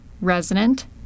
resident